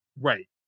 Right